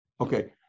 Okay